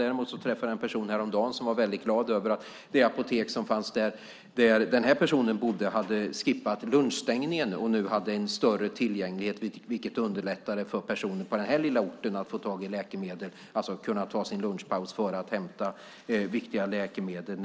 Häromdagen träffade jag däremot en person som var väldigt glad över att det apotek som fanns där den personen bor hade skippat lunchstängningen och nu hade större tillgänglighet, vilket underlättade för personer på den lilla orten att få tag i läkemedel. Man kunde på sin lunchpaus hämta viktiga läkemedel.